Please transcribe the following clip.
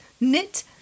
knit